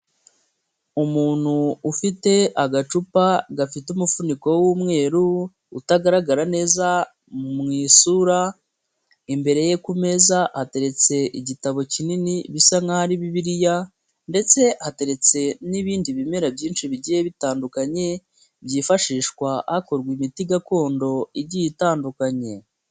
Umuntu ufite agacupa gafite umuvuniko w'umweru utagaragara neza mu isura, imbere ye ku meza hateretse igitabo kinini bisa nk'aho ari Bibiliya ndetse hateretse n'ibindi bimera byinshi bigiye bitandukanye byifashishwa hakorwa imiti gakondo igiye itandukanye.